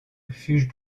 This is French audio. refuges